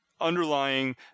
underlying